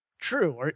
True